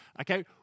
okay